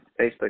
Facebook